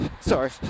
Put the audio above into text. Sorry